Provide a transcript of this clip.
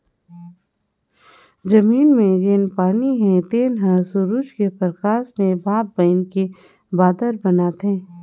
जमीन मे जेन पानी हे तेन हर सुरूज के परकास मे भांप बइनके बादर बनाथे